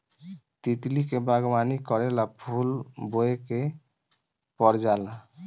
तितली के बागवानी करेला फूल बोए के पर जाला